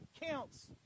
counts